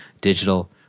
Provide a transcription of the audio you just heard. digital